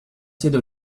sede